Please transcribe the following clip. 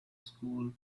school